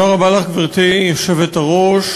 גברתי היושבת-ראש,